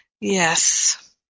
Yes